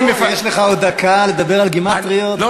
לא, יש לך עוד דקה לדבר על גימטריות כאהבת נפשך.